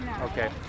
Okay